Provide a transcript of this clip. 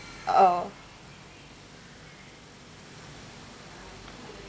uh